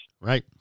Right